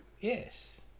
Yes